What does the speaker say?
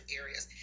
areas